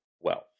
wealth